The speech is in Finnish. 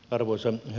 herra puhemies